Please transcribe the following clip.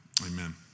Amen